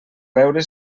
veure